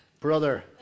Brother